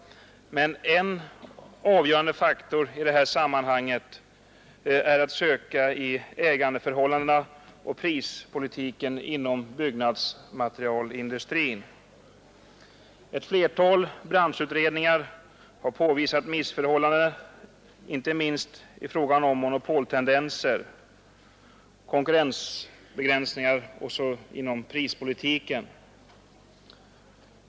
En avgörande faktor i detta sammanhang är att söka i ägandeförhållandena och prispolitiken inom byggnadsmaterialindustrin. Ett flertal branschutred ningar har påvisat missförhållanden inte minst i fråga om monopoltendenser och konkurrensbegränsningar inom prispolitiken.